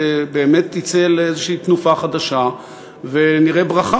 באמת יצא לאיזו תנופה חדשה ונראה ברכה,